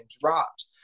dropped